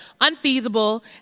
unfeasible